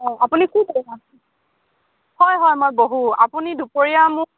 অঁ আপুনি কি হয় হয় মই বহোঁ আপুনি দুপৰীয়া মোক